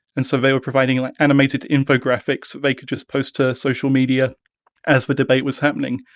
and so they were providing like animated infographics that they could just post to social media as the debate was happening.